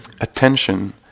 attention